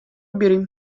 бирим